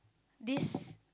this